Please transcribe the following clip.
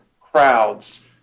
crowds